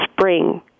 spring